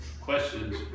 questions